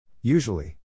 Usually